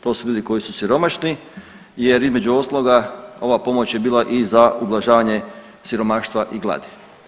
To su ljudi koji su siromašni jer između ostaloga ova pomoć je bila i za ublažavanje siromaštva i gladi.